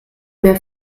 mehr